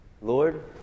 Lord